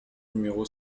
numéro